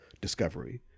Discovery